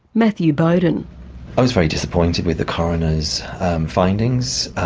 matthew bowden i was very disappointed with the coroner's findings.